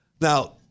Now